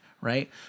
right